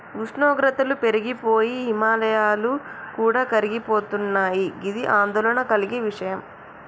ఉష్ణోగ్రతలు పెరిగి పోయి హిమాయాలు కూడా కరిగిపోతున్నయి గిది ఆందోళన కలిగే విషయం